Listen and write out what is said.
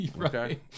Okay